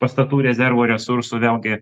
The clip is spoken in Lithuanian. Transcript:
pastatų rezervų resursų vėlgi